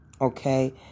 okay